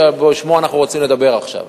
שבשמו אנחנו רוצים לדבר עכשיו.